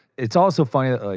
it's also funny that like,